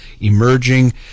emerging